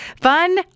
Fun